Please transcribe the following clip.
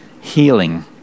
healing